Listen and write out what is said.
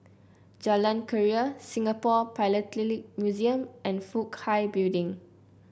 Jalan Keria Singapore Philatelic Museum and Fook Hai Building